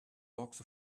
box